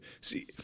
See